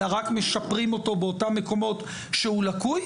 אלא רק משפרים אותו באותם מקומות שהוא לקוי.